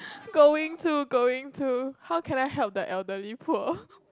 going to going to how can I help the elderly poor